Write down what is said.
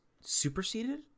superseded